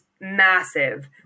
massive